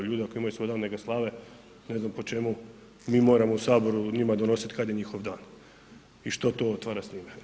Ljudi ako imaju svoj neka slave, ne znam po čemu mi moramo u saboru njima donosit kad je njihov dan i što to otvara s time.